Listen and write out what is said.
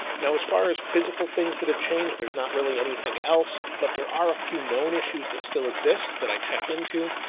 now, as far as physical things that have changed, there's not really anything else, but there are a few known issues that still exist that i checked into.